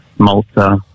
Malta